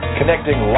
Connecting